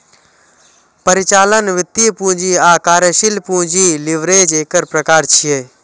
परिचालन, वित्तीय, पूंजी आ कार्यशील पूंजी लीवरेज एकर प्रकार छियै